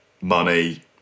money